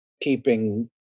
keeping